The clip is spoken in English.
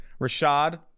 Rashad